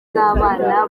z’abana